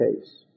case